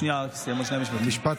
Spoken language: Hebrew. שנייה, רק עוד שני משפטים.